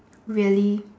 really